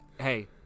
Hey